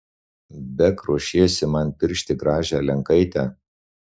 beg ruošiesi man piršti gražią lenkaitę